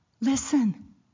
Listen